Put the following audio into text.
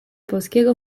polskiego